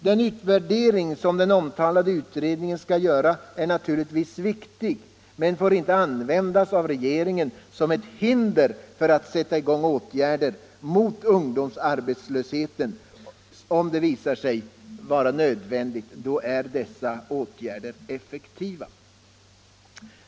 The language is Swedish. Den utvärdering som den omtalade utredningen skall göra är naturligtvis viktig men får inte användas av regeringen som hinder för att sätta in åtgärder mot ungdomsarbetslösheten som visat sig vara effektiva.